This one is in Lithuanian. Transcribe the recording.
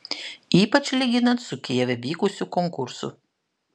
ypač lyginant su kijeve vykusiu konkursu